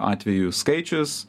atvejų skaičius